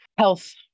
health